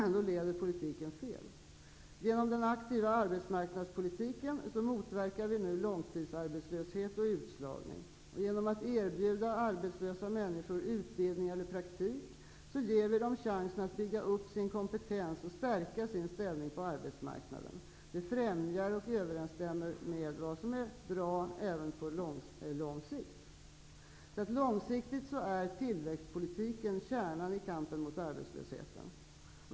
Då leder politiken fel. Genom den aktiva arbetsmarknadspolitiken motverkar vi långtidsarbetslöshet och utslagning. Genom att erbjuda arbetslösa människor utbildning eller praktik ger vi dem chansen att bygga upp sin kompetens och stärka sin ställning på arbetsmarknaden. Det främjar och överensstämmer med vad som är bra även på lång sikt. Långsiktigt är tillväxtpolitiken kärnan i kampen mot arbetslösheten.